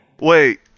Wait